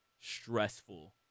stressful